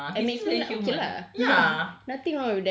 ya and makes him human ya